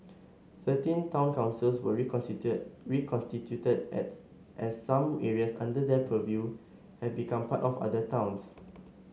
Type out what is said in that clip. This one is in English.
thirteen town councils were reconstituted as as some areas under their purview have become part of other towns